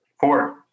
Four